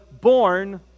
born